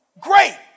great